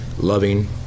loving